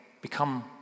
become